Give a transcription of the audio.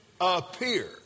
appear